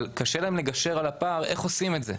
אבל קשה להם לגשר על הפער איך עושים את זה,